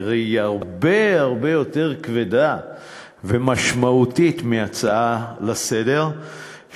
שהרי היא הרבה הרבה יותר כבדה ומשמעותית מהצעה לסדר-היום,